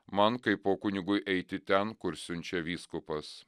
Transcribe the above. man kaipo kunigui eiti ten kur siunčia vyskupas